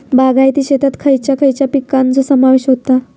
बागायती शेतात खयच्या खयच्या पिकांचो समावेश होता?